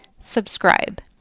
subscribe